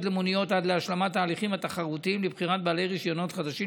למוניות עד להשלמת ההליכים התחרותיים לבחירת בעלי רישיונות חדשים,